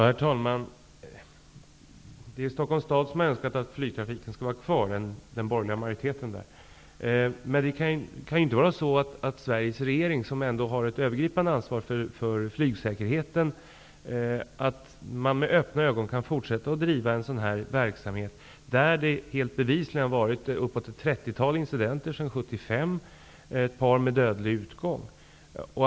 Herr talman! Det är den borgerliga majoriteten i Stockholms stad som har önskat att flygtrafiken skall vara kvar, men Sveriges regering, som har ett övergripande ansvar för flygsäkerheten, kan väl inte med öppna ögon fortsätta att driva en sådan här verksamhet. Bevisligen har det förekommit ett trettiotal incidenter sedan 1975 -- ett par med dödlig utgång.